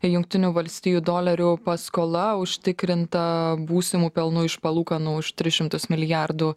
jungtinių valstijų dolerių paskola užtikrinta būsimu pelnu iš palūkanų už tris šimtus milijardų